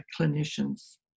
clinician's